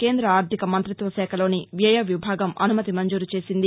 కేంద్రద ఆర్దిక మంత్రిత్వ శాఖలోని వ్యయ విభాగం అనుమతి మంజూరు చేసింది